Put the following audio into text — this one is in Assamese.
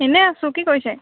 এনেই আছোঁ কি কৰিছে